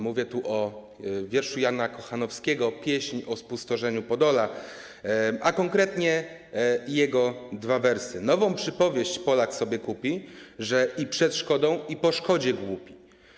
Mówię tu o wierszu Jana Kochanowskiego „Pieśń o spustoszeniu Podola”, a konkretnie chodzi o jego dwa wersy: „Nową przypowieść Polak sobie kupi, / Że i przed szkodą, i po szkodzie głupi.